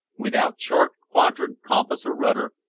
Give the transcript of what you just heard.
without chart, quadrant, compass, or rudder,